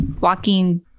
walking